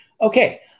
Okay